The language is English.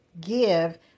give